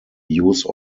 use